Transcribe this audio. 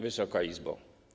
Wysoka Izbo!